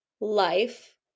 life